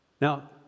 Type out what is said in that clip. Now